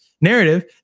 narrative